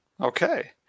Okay